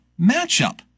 matchup